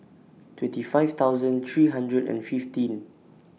twenty five thousand three hundred and fifteen